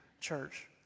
church